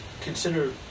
consider